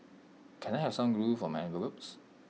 can I have some glue for my envelopes